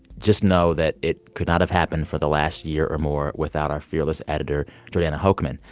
just know that it could not have happened for the last year or more without our fearless editor jordana hochman.